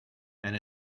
and